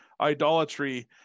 idolatry